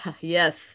yes